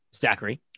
stackery